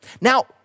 Now